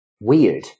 weird